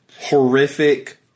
horrific